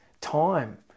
Time